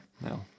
No